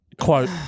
quote